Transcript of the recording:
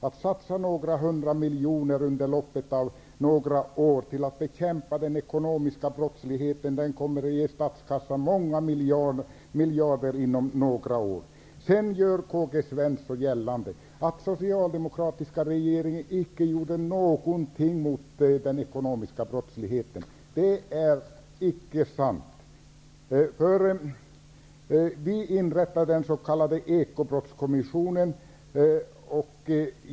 Att satsa några hundra miljoner under loppet av några år för att bekämpa den ekonomiska brottsligheten skulle ge statskassan många miljarder. Vidare gör K-G Svenson gällande att den socialdemokratiska regeringen icke gjorde någonting mot den ekonomiska brottsligheten. Det är icke sant. Vi inrättade den s.k. Ekobrottskommissionen.